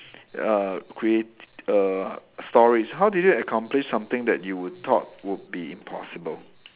uh create err stories how do you accomplish something that you would thought would be impossible